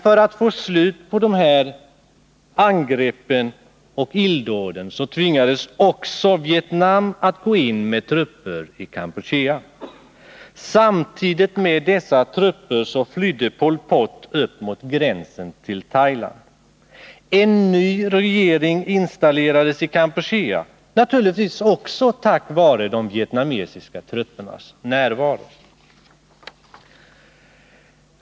För att få slut på angreppen och illdåden tvingades också Vietnam att gå in med trupper i Kampuchea. Samtidigt med dessa trupper flydde Pol Pot upp mot gränsen till Thailand. En ny regering installerades i Kampuchea, naturligtvis också tack vare vietnamesiska truppers närvaro.